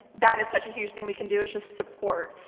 that is such a huge thing we can do, is just support.